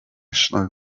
snow